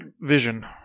Vision